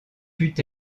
put